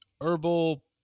herbal